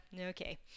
okay